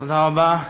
תודה רבה.